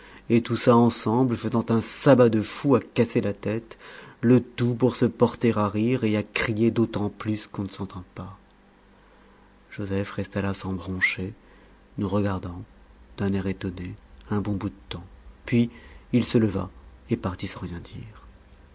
et tout ça ensemble faisant un sabbat de fous à casser la tête le tout pour se porter à rire et à crier d'autant plus qu'on ne s'entend pas joseph resta là sans broncher nous regardant d'un air étonné un bon bout de temps puis il se leva et partit sans rien dire